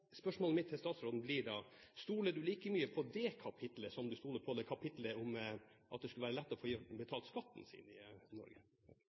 Spørsmålet mitt til statsråden blir da: Stoler han like mye på dette kapitlet som han stoler på det kapitlet om at det skulle være lett å få betalt skatten sin i Norge?